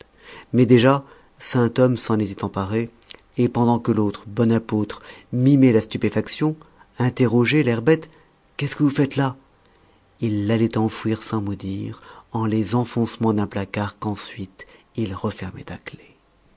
mais déjà sainthomme s'en était emparé et pendant que l'autre bon apôtre mimait la stupéfaction interrogeait l'air bête qu'est-ce que vous faites là il l'allait enfouir sans mot dire en les enfoncements d'un placard qu'ensuite il refermait à clé